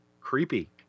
Creepy